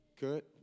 Good